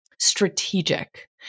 Strategic